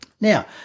Now